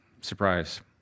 Surprise